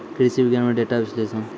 कृषि विज्ञान में डेटा विश्लेषण